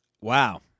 Wow